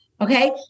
Okay